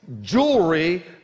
jewelry